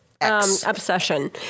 obsession